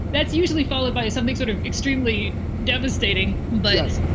that's usually followed by something sort of extremely devastating. but yes,